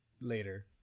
later